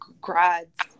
grads